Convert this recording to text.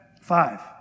Five